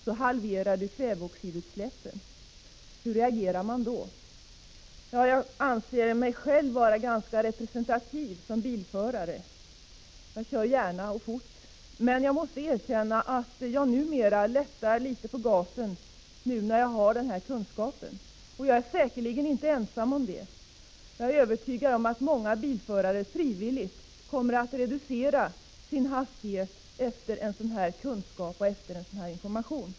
så halverar du kväveoxidutsläppen, hur reagerar du då? Jag anser mig själv vara en ganska representativ bilförare — jag kör gärna och fort. Men jag måste erkänna att jag numera lättar litet på gasen, nu när jag har denna kunskap. Och jag är säkerligen inte ensam om det. Jag är övertygad om att många bilförare frivilligt kommer att reducera sin hastighet efter sådan information.